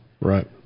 Right